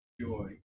joy